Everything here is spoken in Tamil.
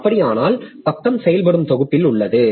அப்படியானால் பக்கம் செயல்படும் தொகுப்பில் உள்ளது